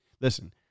Listen